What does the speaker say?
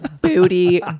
booty